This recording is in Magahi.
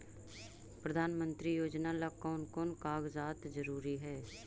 प्रधानमंत्री योजना ला कोन कोन कागजात जरूरी है?